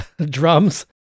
drums